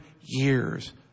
years